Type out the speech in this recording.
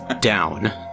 down